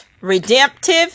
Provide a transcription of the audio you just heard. redemptive